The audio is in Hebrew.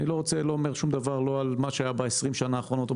אני לא רוצה לדבר על מה שהיה כאן בעשורים האחרונים,